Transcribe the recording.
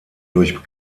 durch